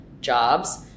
jobs